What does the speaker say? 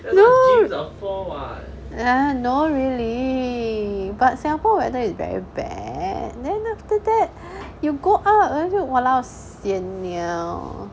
no ah no really but singapore weather is very bad then after that you go out then !walao! sian liao